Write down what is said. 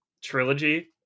trilogy